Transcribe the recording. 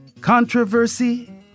controversy